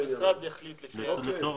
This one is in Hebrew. המשרד יחליט לפי הצורך.